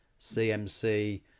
CMC